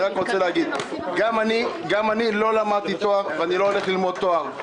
אני רוצה להגיד שגם אני לא למדתי תואר ואני לא הולך ללמוד תואר.